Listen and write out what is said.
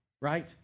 right